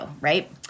Right